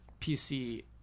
PC